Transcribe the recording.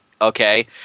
Okay